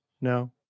No